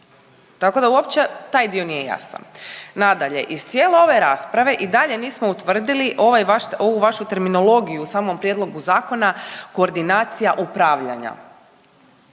Tako da uopće taj dio nije jasan. Nadalje, iz cijele ove rasprave i dalje nismo utvrdili ovaj vaš, ovu vašu terminologiju u samom prijedlogu zakona koordinacija upravljanja,